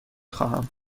خواهم